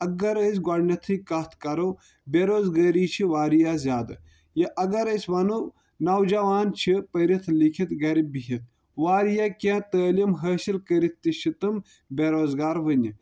اَگر أسۍ گۄڈٕ نٕتھٕے کَتھ کَرو بیٚروزگٲری چھِ واریاہ زیادٕ یا اَگر أسۍ وَنو نوجاوان چھِ پٔرِتھ لیٖکھتھ گرِ بَہتھ واریاہ کیٚنٛہہ تعلیٖم حٲصِل کٔرِتھ تہِ چھِ تِم بیٚروزگار وُنہِ